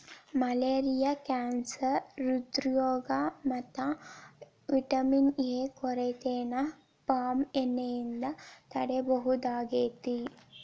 malaria cancer ಹ್ರೃದ್ರೋಗ ಮತ್ತ vitamin A ಕೊರತೆನ ಪಾಮ್ ಎಣ್ಣೆಯಿಂದ ತಡೇಬಹುದಾಗೇತಿ